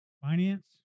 finance